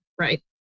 right